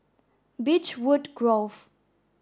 Beechwood Grove